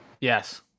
Yes